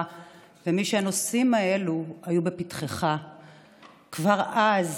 ומי שהנושאים האלה היו לפתחך כבר אז,